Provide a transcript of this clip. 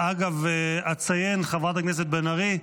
אגב, אציין, חברת הכנסת בן ארי,